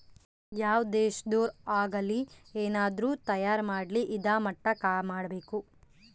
ಯಾವ್ ದೇಶದೊರ್ ಆಗಲಿ ಏನಾದ್ರೂ ತಯಾರ ಮಾಡ್ಲಿ ಇದಾ ಮಟ್ಟಕ್ ಮಾಡ್ಬೇಕು